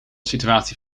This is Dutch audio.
situatie